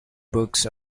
books